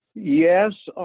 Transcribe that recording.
yes